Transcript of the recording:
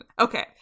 Okay